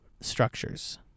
structures